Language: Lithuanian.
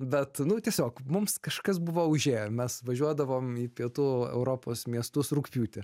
bet nu tiesiog mums kažkas buvo užėję mes važiuodavom į pietų e europos miestus rugpjūtį